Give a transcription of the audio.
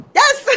yes